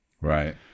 right